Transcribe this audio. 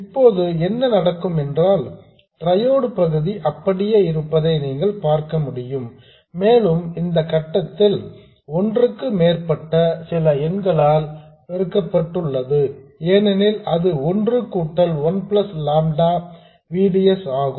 இப்போது என்ன நடக்கும் என்றால் ட்ரையோடு பகுதி அப்படியே இருப்பதை நீங்கள் பார்க்க முடியும் மேலும் இந்த கட்டத்தில் ஒன்றுக்கு மேற்பட்ட சில எண்களால் பெருக்கப்பட்டுள்ளது ஏனெனில் அது ஒன்று கூட்டல் one plus lambda V D S ஆகும்